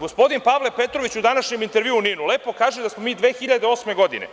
Gospodin Pavle Petrović u današnjem intervju u„Ninu“ lepo kaže da smo mi 2008. godine